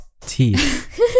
teeth